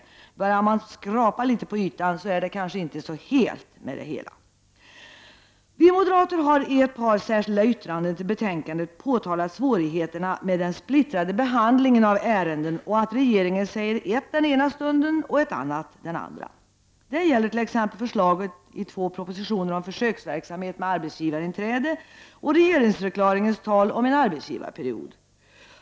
Men börjar man skrapa litet på ytan är det kanske inte så mycket med det hela. Vi moderater har i ett par särskilda yttranden till betänkandet påtalat svårigheterna med den splittrade behandlingen av ärenden och med att regeringen säger ett den ena stunden och ett annat den andra. Det gäller t.ex. förslaget i två propositioner om försöksverksamhet med arbetsgivarinträde och regeringsförklaringens tal om en arbetsgivarperiod.